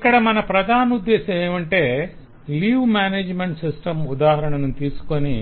ఇక్కడ మన ప్రధానోద్దేశ్యము ఏమంటే లీవ్ మేనేజ్మెంట్ సిస్టం ఉదాహరణను తీసుకొని